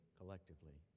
collectively